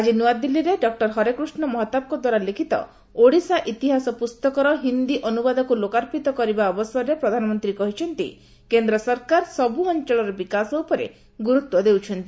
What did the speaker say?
ଆଜି ନୂଆଦିଲ୍ଲୀରେ ଡକ୍ଟର ହରେକୃଷ୍ଣ ମହତାବଙ୍କଦ୍ୱାରା ଲିଖିତ 'ଓଡ଼ିଶା ଇତିହାସ' ପୁସ୍ତକର ହିନ୍ଦୀ ଅନୁବାଦକୁ ଲୋକାର୍ପିତ କରିବା ଅବସରରେ ପ୍ରଧାନମନ୍ତ୍ରୀ କହିଛନ୍ତି କେନ୍ଦ୍ର ସରକାର ସବୁ ଅଞ୍ଚଳର ବିକାଶ ଉପରେ ଗୁରୁତ୍ୱ ଦେଉଛନ୍ତି